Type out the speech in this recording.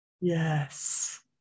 Yes